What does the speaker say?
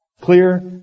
Clear